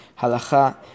Halacha